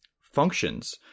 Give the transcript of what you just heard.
functions